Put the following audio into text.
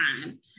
time